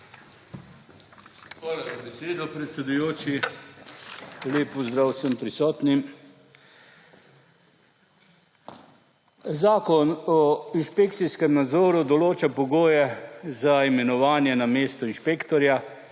Hvala za besedo, predsedujoči. Lep pozdrav vsem prisotnim! Zakon o inšpekcijskem nadzoru določa pogoje za imenovanje na mesto inšpektorja,